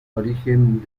origen